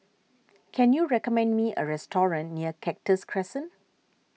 can you recommend me a restaurant near Cactus Crescent